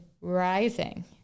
rising